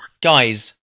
Guys